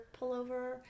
pullover